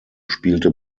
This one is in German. spielte